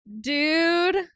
Dude